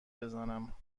بزنم